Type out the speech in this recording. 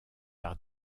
par